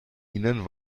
ihnen